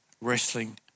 wrestling